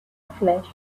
flash